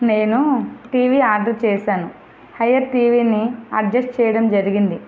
నేను TV order చేసాను Haier టీవీని అడ్జస్ట్ చేయడం జరిగింది